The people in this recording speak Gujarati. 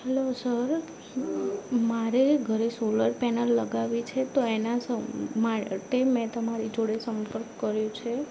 હેલો સર મારે ઘરે સોલર પેનલ લગાવવી છે તો એના માટે મેં તમારી જોડે સંપર્ક કર્યો છે